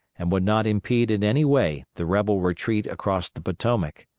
and would not impede in any way the rebel retreat across the potomac.